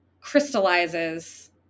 crystallizes